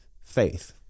faith